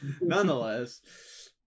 nonetheless